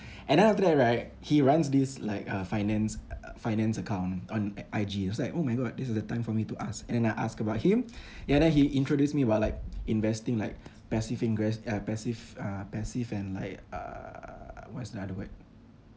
and then after that right he runs this like uh finance uh uh finance account on I_G it was like oh my god this is the time for me to ask and then I asked about him ya then he introduced me about like investing like passive uh passive uh passive and like uh what's another word